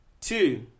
Two